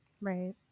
Right